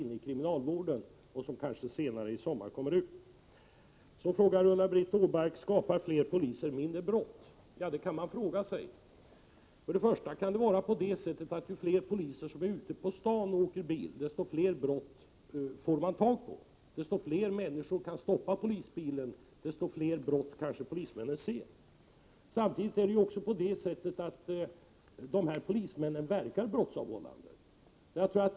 De kanske kommer ut senare i sommar. Ulla-Britt Åbark frågar om fler poliser leder till minskad brottslighet? Ja, det kan man fråga sig. Först och främst kan det vara så att ju fler poliser som åker bil ute på stan, desto fler brottslingar får de tag i, desto fler människor kan stoppa polisbilen, desto fler brott kanske polismännen ser. Samtidigt verkar också dessa polismän brottsavhållande.